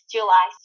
July